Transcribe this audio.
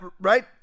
right